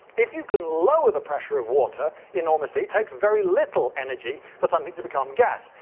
if you can lower the pressure of water enormously, it takes very little energy for something to become gas.